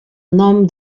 nom